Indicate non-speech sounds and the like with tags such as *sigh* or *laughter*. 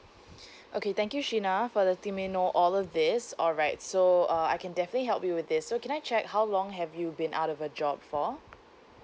*breath* okay thank you sheena for letting me know all of this alright so uh I can definitely help you with this so can I check how long have you been out of a job for